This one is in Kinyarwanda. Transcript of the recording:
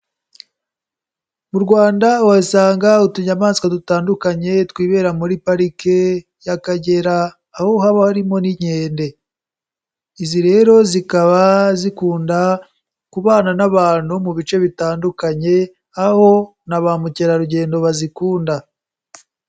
Mu Rwanda uhasanga utunyamaswa dutandukanye twibera muri pariki y'Akagera aho haba harimo n'inkende, izi rero zikaba zikunda kubana n'abantu mu bice bitandukanye, aho na ba mukerarugendo bazikunda.